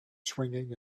swinging